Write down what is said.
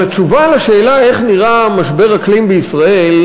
אבל התשובה לשאלה איך נראה משבר אקלים בישראל